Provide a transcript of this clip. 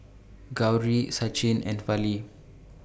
Gauri Sachin and Fali